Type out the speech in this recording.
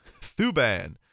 Thuban